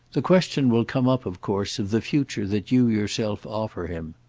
the question will come up, of course, of the future that you yourself offer him.